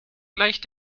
gleich